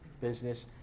business